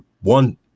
one